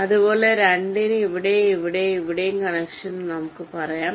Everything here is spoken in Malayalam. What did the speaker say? അതുപോലെ 2 ന് ഇവിടെയും ഇവിടെയും ഇവിടെയും കണക്ഷനും നമുക്ക് പറയാം